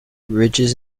ridges